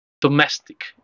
domestic